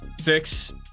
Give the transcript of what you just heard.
six